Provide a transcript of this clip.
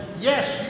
yes